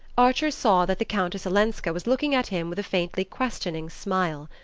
archer saw that the countess olenska was looking at him with a faintly questioning smile.